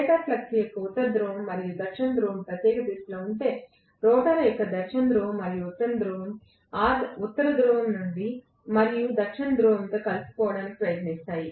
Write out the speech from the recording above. stator flux యొక్క ఉత్తర ధ్రువం మరియు దక్షిణ ధ్రువం ప్రత్యేక దిశలో ఉంటే రోటర్ యొక్క దక్షిణ ధ్రువం మరియు ఉత్తర ధ్రువం ఆ ఉత్తర ధ్రువం మరియు దక్షిణ ధ్రువంతో కలిసిపోవడానికి ప్రయత్నిస్తాయి